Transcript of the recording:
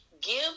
Give